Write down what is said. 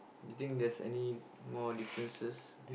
do you think there's any more differences